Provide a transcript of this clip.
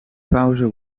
pauze